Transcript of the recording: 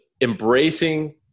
embracing